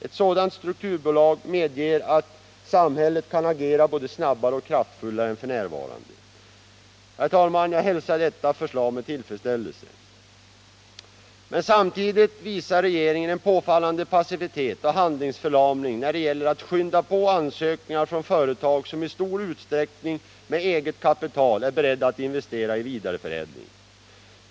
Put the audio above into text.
Ett sådant strukturbolag medger att samhället kan agera både snabbare och kraftfullare än f. n.” Jag hälsar detta förslag med tillfredsställelse. Men samtidigt visar regeringen en påfallande passivitet och handlingsförlamning när det gäller att skynda på ansökningar från företag som i stor utsträckning med eget kapital är beredda att investera i vidareförädling.